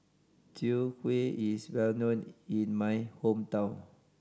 Chwee Kueh is well known in my hometown